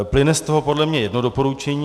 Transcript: Plyne z toho podle mě jedno doporučení.